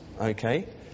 Okay